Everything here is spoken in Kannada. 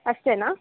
ಅಷ್ಟೇನಾ